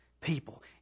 people